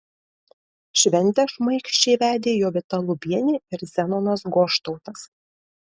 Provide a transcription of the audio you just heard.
šventę šmaikščiai vedė jovita lubienė ir zenonas goštautas